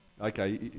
Okay